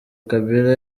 kabila